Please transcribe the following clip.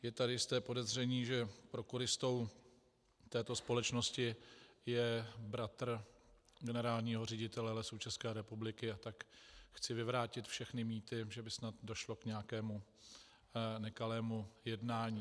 Je tady jisté podezření, že prokuristou této společnosti je bratr generálního ředitele Lesů České republiky, a tak chci vyvrátit všechny mýty, že by snad došlo k nějakému nekalému jednání.